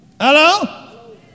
Hello